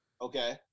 Okay